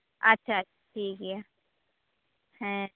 ᱟᱪᱪᱷᱟ ᱴᱷᱤᱠᱜᱮᱭᱟ ᱦᱮᱸ